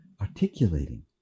articulating